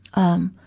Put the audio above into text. um,